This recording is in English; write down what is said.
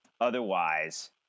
otherwise